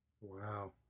Wow